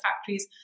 factories